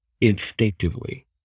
instinctively